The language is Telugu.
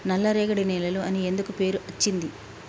నల్లరేగడి నేలలు అని ఎందుకు పేరు అచ్చింది?